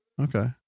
okay